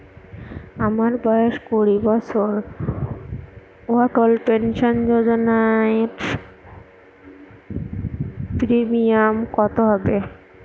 আমার বয়স কুড়ি বছর অটল পেনসন যোজনার প্রিমিয়াম কত হবে?